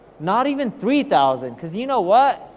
not even three thousand, cause you know what,